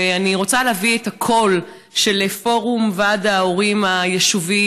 אני רוצה להביא את הקול של פורום ועד ההורים היישובי,